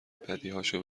بدیهاشو